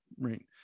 right